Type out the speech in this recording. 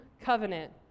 covenant